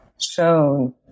shown